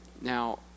Now